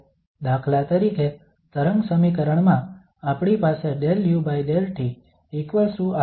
તો દાખલા તરીકે તરંગ સમીકરણ માં આપણી પાસે 𝜕u𝜕tα𝜕2u𝜕x2 હશે